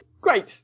Great